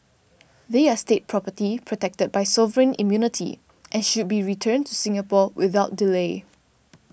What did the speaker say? they are State property protected by sovereign immunity and should be returned to Singapore without delay